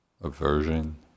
aversion